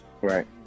right